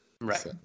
Right